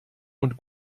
und